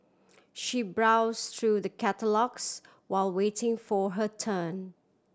she browse through the catalogues while waiting for her turn